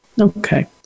Okay